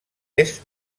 est